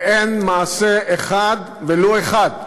ואין מעשה אחד, ולו אחד,